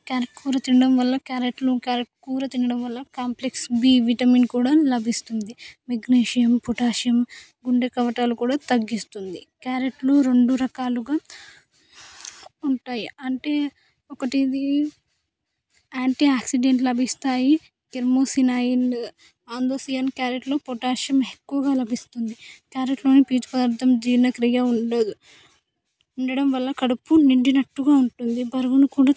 carrot కూర తినడం వల్ల క్యారెట్ కూర తినడం వల్ల కాంప్లెక్స్ బి విటమిన్ కూడా లభిస్తుంది మెగ్నీషియం పొటాషియం గుండె కవాటలు కూడా తగ్గిస్తుంది క్యారెట్ను రెండు రకాలుగా ఉంటాయి అంటే ఒకటి ఇది యాంటీ ఆక్సిడెంట్ లభిస్తాయి గేముసినాయిన్ ఆంగుసీఎన్ క్యారెట్లో పొటాషియం ఎక్కువగా లభిస్తుంది క్యారెట్లో పీచు పదార్థం జీనక్రియ ఉండదు ఉండడం వల్ల కడుపు నిండినట్టుగా ఉంటుంది బరువును కూడా